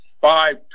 five